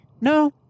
No